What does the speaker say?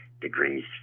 degrees